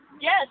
Yes